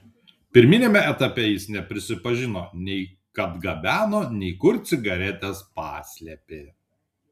pirminiame etape jie neprisipažino nei kad gabeno nei kur cigaretes paslėpė